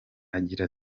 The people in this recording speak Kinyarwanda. agira